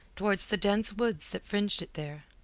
towards the dense woods that fringed it there.